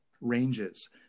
ranges